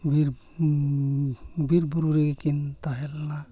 ᱵᱤᱨ ᱵᱤᱨᱼᱵᱩᱨᱩ ᱨᱮᱜᱮ ᱠᱤᱱ ᱛᱟᱦᱮᱸ ᱞᱮᱱᱟ